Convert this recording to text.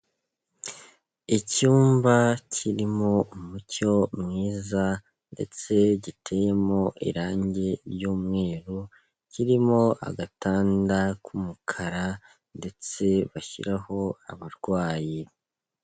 Icyumba kirimo umucyo mwiza ndetse giteyemo irange ry'umweru, kirimo agatanda k'umukara ndetse bashyiraho abarwayi.